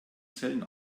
zellen